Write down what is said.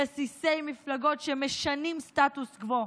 רסיסי מפלגות שמשנים סטטוס קוו.